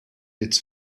its